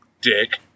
Dick